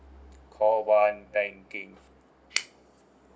call one banking